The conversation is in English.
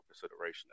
consideration